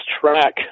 track